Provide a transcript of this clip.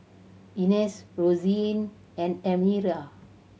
Inez Roseann and Elmyra